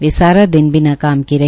वे सारा दिन बिना काम क रहे